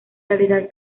realidad